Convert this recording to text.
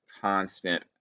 constant